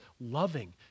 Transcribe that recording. loving